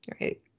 Right